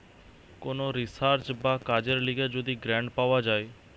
কোন রিসার্চ বা কাজের লিগে যদি গ্রান্ট পাওয়া যায়